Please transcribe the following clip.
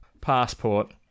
passport